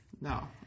No